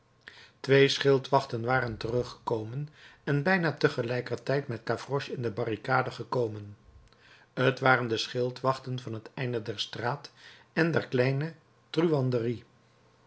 twee schildwachten waren teruggetrokken en bijna tegelijkertijd met gavroche in de barricade gekomen t waren de schildwachten van het einde der straat en der kleine